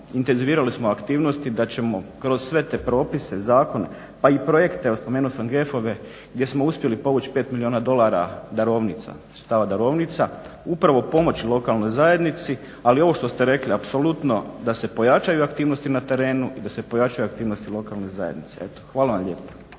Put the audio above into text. intenzivirali smo aktivnosti da ćemo kroz sve te propise, zakone, pa i projekte, evo spomenuo sam GEF-ove, gdje smo uspjeli povući 5 milijuna dolara darovnica, stava darovnica, upravo pomoći lokalnoj zajednici. Ali, ovo što ste rekli apsolutno da se pojačaju aktivnosti na terenu i da se pojačaju aktivnosti lokalne zajednice. Eto, hvala vam lijepo.